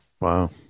Wow